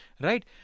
Right